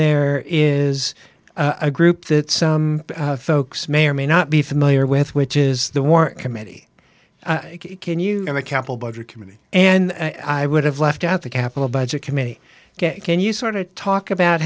there is a group that some folks may or may not be familiar with which is the war committee ken you know the capital budget committee and i would have left out the capital budget committee can you sort of talk about